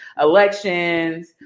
Elections